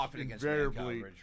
invariably